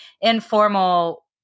informal